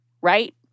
Right